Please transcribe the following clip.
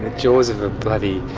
the jaws of a bloody